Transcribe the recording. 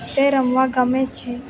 તે રમવા ગમે છે